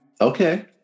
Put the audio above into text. Okay